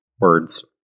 words